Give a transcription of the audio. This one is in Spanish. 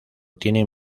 tienen